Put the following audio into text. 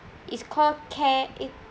it's called care in~